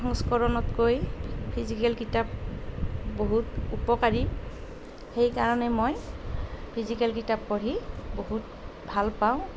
সংস্কৰণতকৈ physical কিতাপ বহুত উপকাৰী সেই কাৰণে মই ফিজিকেল কিতাপ পঢ়ি বহুত ভাল পাওঁ